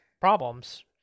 problems